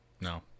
no